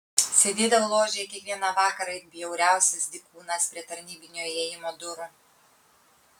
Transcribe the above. sėdėdavo ložėje kiekvieną vakarą it bjauriausias dykūnas prie tarnybinio įėjimo durų